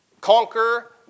conquer